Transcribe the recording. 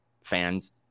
fans